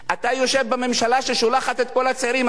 אתה יושב בממשלה ששולחת את כל הצעירים האלה